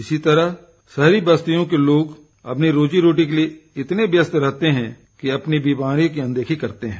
इसी तरह शहरी बस्तियों के लोग अपनी रोजी रोटी के लिए इतने व्यस्त रहते हैं कि अपनी बीमारियों की अनदेखी करते हैं